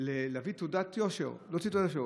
להביא תעודת יושר, להוציא תעודת יושר.